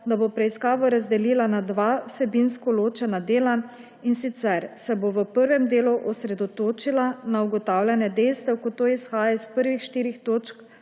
da bo preiskavo razdelila na dva vsebinsko ločena dela, in sicer se bo v prvem delu osredotočila na ugotavljanje dejstev, kot to izhaja iz prvih štirih točk